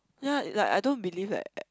ya like I don't believe like